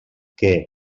que